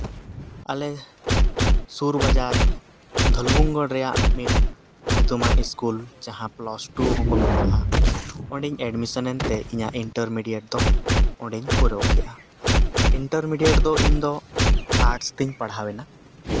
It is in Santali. ᱟᱞᱮ ᱥᱩᱨ ᱵᱟᱡᱟᱨ ᱫᱷᱚᱞᱵᱷᱩᱢᱜᱚᱲ ᱨᱮᱭᱟᱜ ᱢᱤᱫ ᱧᱩᱛᱩᱢᱟᱱ ᱥᱠᱩᱞ ᱡᱟᱦᱟᱸ ᱯᱞᱟᱥ ᱴᱩ ᱦᱚᱸᱠᱚ ᱢᱮᱛᱟᱫᱼᱟ ᱚᱸᱟᱰᱮᱧ ᱮᱰᱢᱤᱥᱚᱱ ᱮᱱ ᱛᱮ ᱤᱧᱟᱹᱜ ᱤᱱᱴᱟᱨ ᱢᱮᱰᱤᱭᱮᱴ ᱫᱚ ᱚᱸᱰᱮᱧ ᱯᱩᱨᱟᱹᱣ ᱠᱮᱫᱼᱟ ᱤᱱᱴᱟᱨ ᱢᱮᱰᱤᱭᱮᱴ ᱫᱚ ᱤᱧᱫᱚ ᱟᱨᱴᱥ ᱛᱤᱧ ᱯᱟᱲᱦᱟᱣᱮᱱᱟ